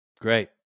Great